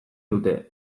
dute